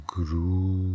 Guru